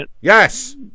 Yes